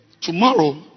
tomorrow